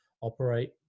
operate